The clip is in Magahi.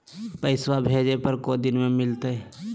पैसवा भेजे पर को दिन मे मिलतय?